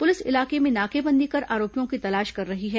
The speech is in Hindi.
पुलिस इलाके में नाकेबंदी कर आरोपियों की तलाश कर रही है